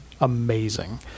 amazing